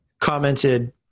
commented